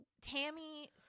Tammy